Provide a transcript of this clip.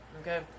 Okay